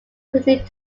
continued